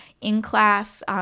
in-class